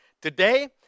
Today